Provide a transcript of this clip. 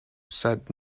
said